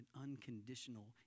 unconditional